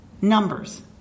Numbers